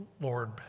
Lord